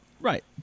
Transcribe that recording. right